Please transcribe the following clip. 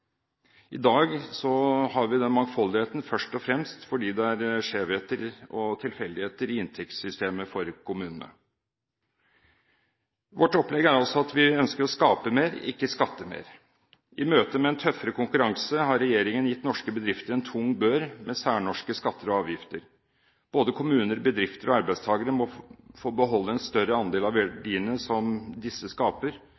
I dag har vi den mangfoldigheten først og fremst fordi det er skjevheter og tilfeldigheter i inntektssystemet for kommunene. Vårt opplegg er at vi ønsker å skape mer, ikke skatte mer. I møte med en tøffere konkurranse har regjeringen gitt norske bedrifter en tung bør med særnorske skatter og avgifter. Både kommuner, bedrifter og arbeidstakere må få beholde en større andel av